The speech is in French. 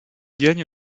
gagne